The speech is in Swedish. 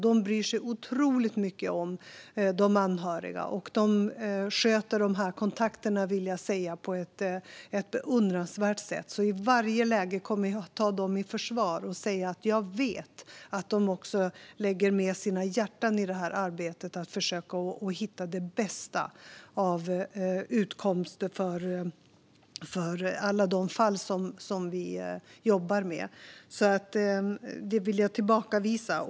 De bryr sig otroligt mycket om de anhöriga och sköter dessa kontakter på ett beundransvärt sätt. I varje läge kommer jag att ta dem i försvar och säga att jag vet att de lägger ned sina hjärtan i arbetet med att försöka hitta den bästa utgången i alla de fall som vi jobbar med. Allt annat vill jag tillbakavisa.